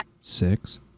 six